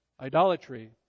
idolatry